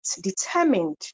determined